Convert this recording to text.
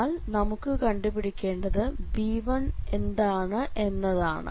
എന്നാൽ നമുക്ക് കണ്ടുപിടിക്കേണ്ടത് b1 എന്താണ് എന്നതാണ്